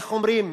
איך אומרים,